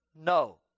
No